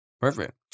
Perfect